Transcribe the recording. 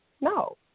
No